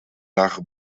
nach